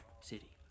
city